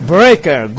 Breaker